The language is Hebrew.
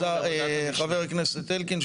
חבר הכנסת אלקין,